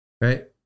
right